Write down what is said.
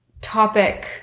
topic